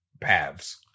paths